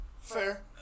Fair